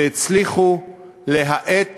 והצליחו להאט